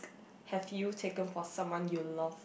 have you taken for someone you love